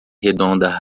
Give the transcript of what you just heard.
redonda